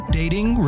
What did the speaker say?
dating